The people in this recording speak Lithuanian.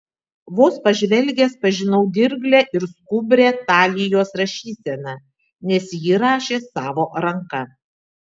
vos pažvelgęs pažinau dirglią ir skubrią talijos rašyseną nes ji rašė savo ranka